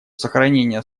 сохранение